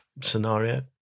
scenario